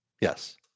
Yes